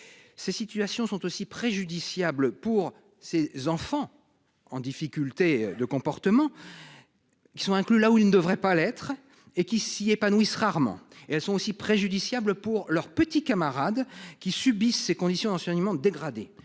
Ces situations sont aussi préjudiciable pour ses enfants en difficulté de comportement. Qui sont inclus là où il ne devrait pas l'être et qui s'y épanouissent rarement et elles sont aussi préjudiciables pour leurs petits camarades qui subissent ces conditions d'enseignement dégradés.